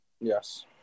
yes